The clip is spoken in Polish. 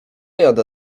jadę